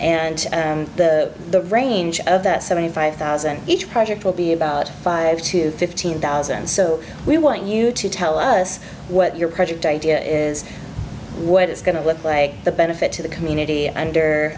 and the range of that seventy five thousand each project will be about five to fifteen thousand so we want you to tell us what your project idea is what it's going to look like the benefit to the community and